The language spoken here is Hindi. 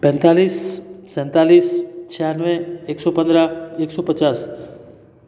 पैंतालीस सैंतालीस छियानवे एक सौ पंद्रह एक सौ पचास